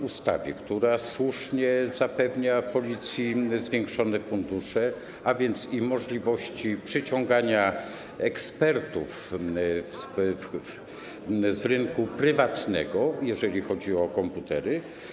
Ustawa słusznie zapewnia Policji zwiększone fundusze, a więc i możliwości przyciągania ekspertów z rynku prywatnego, jeżeli chodzi o komputery.